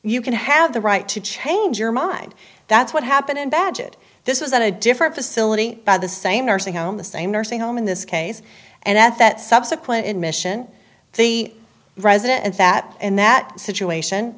you can have the right to change your mind that's what happened in badgett this was at a different facility by the same nursing home the same nursing home in this case and at that subsequent admission the resident and that in that situation